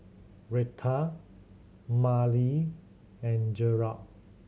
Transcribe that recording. Retha Marlee and Gerold